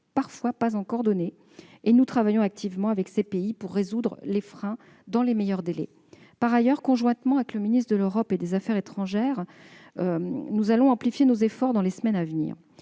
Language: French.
parfois pas encore données et nous travaillons activement avec ces pays pour résoudre les freins dans les meilleurs délais. Par ailleurs, conjointement avec le ministère de l'Europe et des affaires étrangères, nous allons amplifier nos efforts dans les semaines à venir,